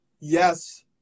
Yes